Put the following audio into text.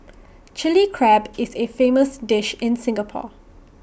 Chilli Crab is A famous dish in Singapore